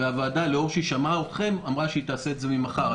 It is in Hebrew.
אך הוועדה אחרי ששמעה אתכם אמרה שהיא תעשה את זה ממחר.